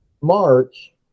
March